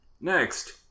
Next